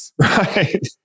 Right